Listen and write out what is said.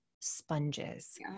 sponges